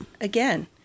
Again